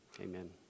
Amen